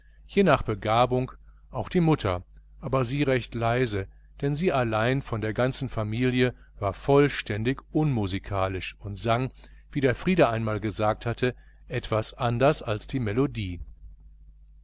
je nach begabung auch die mutter aber sie recht leise denn sie allein von der ganzen familie war vollständig unmusikalisch und sang wie frieder einmal gesagt hatte etwas anderes als die melodie